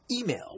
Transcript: Email